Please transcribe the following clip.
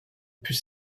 plus